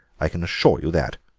i can assure you that.